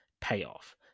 payoff